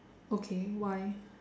okay why